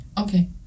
Okay